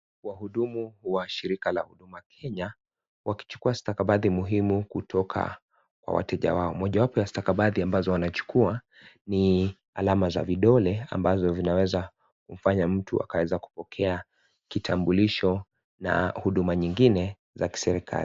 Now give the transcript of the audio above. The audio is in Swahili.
Wahudumu wa shirika la huduma Kenya wakichukua stakabathi muhimu kutoka kwa wateja wao, mojawapo ya stakabathi wanazochukua ni alama za vidole ambazo zinaweza kufanya mtu kuweza kupokea kitambulisho na huduma nyingine ya kiserikali.